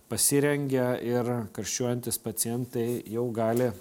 pasirengę ir karščiuojantys pacientai jau gali